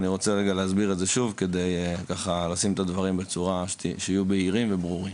אני רוצה להסביר שוב כדי לשים את הדברים בצורה שיהיו בהירים וברורים.